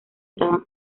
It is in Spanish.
estaban